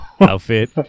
outfit